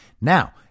Now